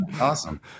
Awesome